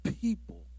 people